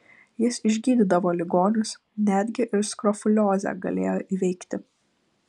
jis išgydydavo ligonius netgi ir skrofuliozę galėjo įveikti